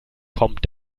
kommt